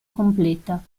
completa